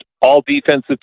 all-defensive